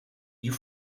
you